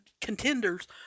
contenders